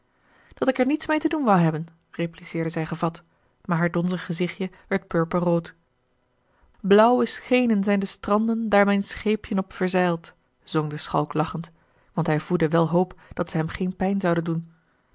dat ik er niets meê te doen wou hebben repliceerde zij gevat maar haar donzig gezichtje werd purperrood blauwe schenen zijn de stranden daar mijn scheepjen op verzeilt zong de schalk lachend want hij voedde wel hoop dat ze hem geen pijn zouden doen